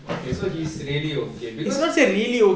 okay so he's really okay because